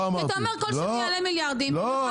כי אתה אומר כל שינוי יעלה מיליארדים --- לא,